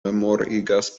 memorigas